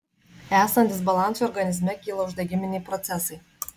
esant disbalansui organizme kyla uždegiminiai procesai